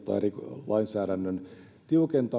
tai lainsäädännön tiukentamiseen haluan